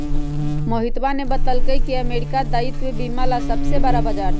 मोहितवा ने बतल कई की अमेरिका दायित्व बीमा ला सबसे बड़ा बाजार हई